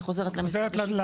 היא חוזרת למשרד